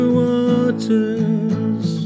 waters